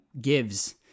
gives